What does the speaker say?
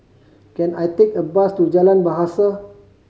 can I take a bus to Jalan Bahasa